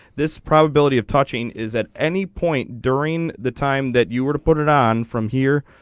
this probability of touching is at any point during the time that you were to put it on from here.